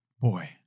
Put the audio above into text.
Boy